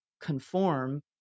conform